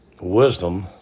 wisdom